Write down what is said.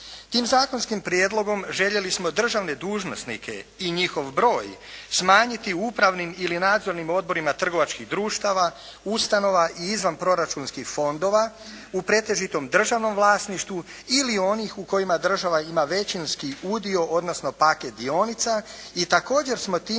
Tim zakonskim prijedlogom željeli smo državne dužnosnike i njihov broj smanjiti u upravnim ili nadzornim odborima trgovačkih društava, ustanova i izvanproračunskih fondova u pretežitom državnom vlasništvu ili onih u kojima država ima većinski udio, odnosno, paket dionica. I također smo time